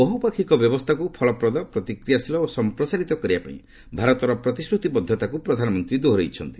ବହୁପାକ୍ଷୀକ ବ୍ୟବସ୍ଥାକୁ ଫଳପ୍ରଦ ପ୍ରତିକ୍ରିୟାଶୀଳ ଓ ସଂପ୍ରସାରିତ କରିବା ପାଇଁ ଭାରତର ପ୍ରତିଶ୍ରତିବଦ୍ଧତାକୁ ପ୍ରଧାନମନ୍ତ୍ରୀ ଦୋହରାଇଛନ୍ତି